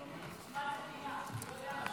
כאן, במליאה, חדל.